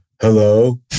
hello